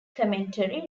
commentary